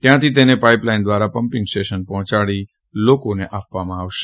ત્યાંથી તેને પાઇપલાઇન દ્વારા પમ્પીંગ સ્ટેશન પહોંચાડી લોકોને આપવામાં આવશે